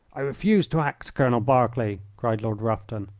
i refuse to act, colonel berkeley, cried lord rufton.